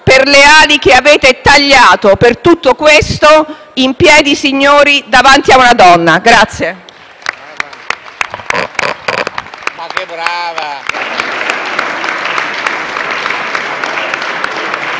per le sue ali che avete tagliato, per tutto questo: in piedi, signori, davanti ad una Donna».